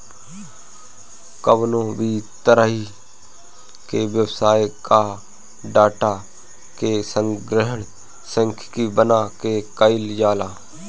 कवनो भी तरही के व्यवसाय कअ डाटा के संग्रहण सांख्यिकी बना के कईल जाला